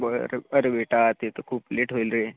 बरं बरं बेटा ते तर खूप लेट होईल रे